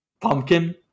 Pumpkin